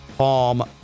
Palm